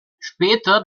später